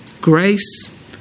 Grace